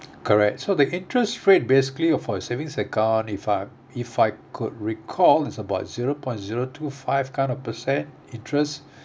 correct so the interest rate basically for savings account if I if I could recall is about zero point zero two five kind of percent interest